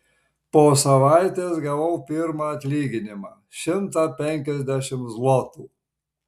po savaitės gavau pirmą atlyginimą šimtą penkiasdešimt zlotų